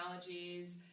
technologies